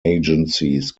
agencies